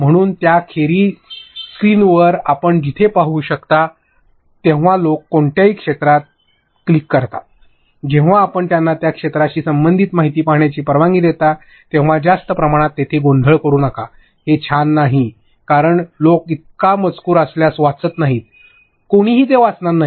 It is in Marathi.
म्हणून त्याखेरीज स्क्रीनवर आपण जिथे पाहू शकता जेव्हा लोक कोणत्याही क्षेत्रावर क्लिक करतात तेव्हा आपण त्यांना त्या क्षेत्राशी संबंधित माहिती पाहण्याची परवानगी देता तेव्हा जास्त प्रमाणात तेथे गोंधळ करू नका ते छान नाही कारण लोक इतका मजकूर असल्यास वाचत नाही कोणीही ते वाचणार नाही